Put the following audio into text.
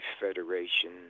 Federation